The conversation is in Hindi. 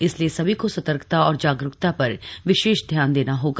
इसलिए सभी को सतर्कता और जागरूकता पर विशेष ध्यान देना होगा